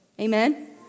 Amen